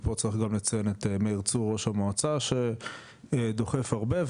ופה צריך לציין את מאיר צור ראש המועצה שדוחף הרבה.